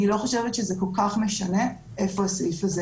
אני לא חושבת שזה כל כך משנה איפה הסעיף הזה